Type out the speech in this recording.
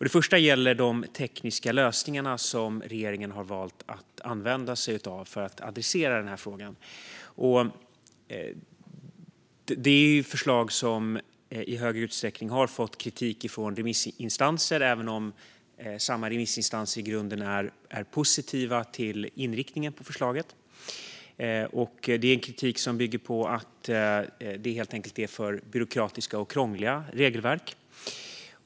Den första gäller de tekniska lösningar som regeringen har valt att använda sig av för att adressera denna fråga. Det handlar om förslag som i stor utsträckning har fått kritik från remissinstanser, även om samma remissinstanser i grunden är positiva till inriktningen på förslaget. Det är kritik som bygger på att det helt enkelt är för byråkratiska och krångliga regelverk.